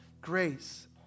Grace